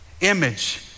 Image